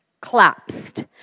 collapsed